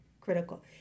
critical